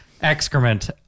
excrement